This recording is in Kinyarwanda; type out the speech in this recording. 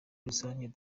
rusange